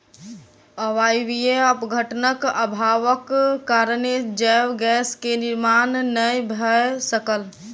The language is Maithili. अवायवीय अपघटनक अभावक कारणेँ जैव गैस के निर्माण नै भअ सकल